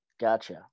gotcha